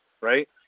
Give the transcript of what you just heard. right